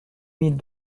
mille